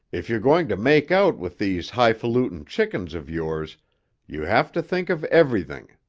if you're going to make out with these hifalutin' chickens of yours you have to think of everything.